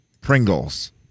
Pringles